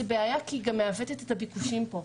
אלא משום שהבעיה הזאת גם מעוותת את הביקושים פה.